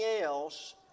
else